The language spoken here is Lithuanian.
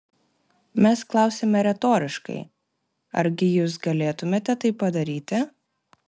mes klausiame retoriškai argi jus galėtumėte tai padaryti